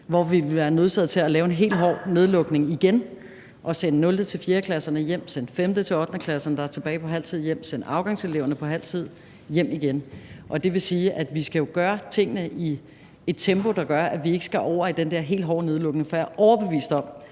vil være nødsaget til at lave en helt hård nedlukning igen og sende 0.-4.-klasserne hjem, sende 5.-8.-klasserne, der er tilbage på halv tid, hjem, og sende afgangseleverne, der er tilbage på halv tid, hjem igen. Det vil sige, at vi jo skal gøre tingene i et tempo, der gør, at vi ikke skal over i den der helt hårde nedlukning. For jeg er overbevist om,